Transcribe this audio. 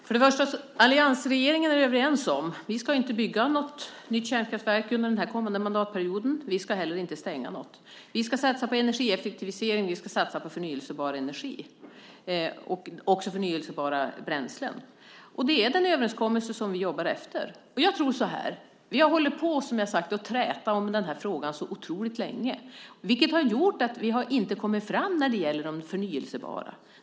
Herr talman! Alliansregeringen är överens om att vi inte ska bygga något nytt kärnkraftverk under den kommande mandatperioden. Vi ska inte heller stänga något. Vi ska satsa på energieffektivisering och förnybar energi - och också på förnybara bränslen. Det är den överenskommelse som vi jobbar efter. Vi har, som jag har sagt, hållit på att träta om den här frågan otroligt länge. Det har gjort att vi inte har kommit fram när det gäller det förnybara.